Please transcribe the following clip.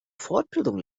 fortbildung